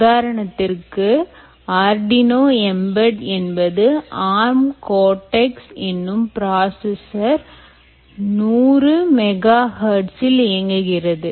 உதாரணத்திற்கு arduino embed என்பது arm cortex எனும் processor 100 megahertz இல் இயங்குகிறது